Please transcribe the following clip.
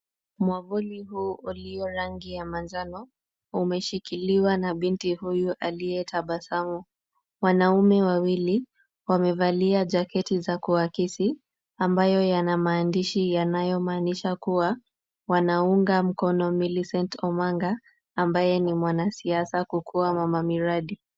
Mwavuli huu uliyo rangi ya manjano umeshikiliwa na binti huyu aliyetabasamu. Wanaume wawili wamevalia jaketi za kuakisi ambayo yana maandishi yanayomaanisha kuwa wanaunga mkono Millicent Omanga ambaye ni mwanasiasa kukuwa mama miradi.